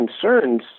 concerns